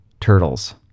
turtles